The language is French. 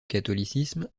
catholicisme